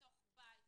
בתוך בית,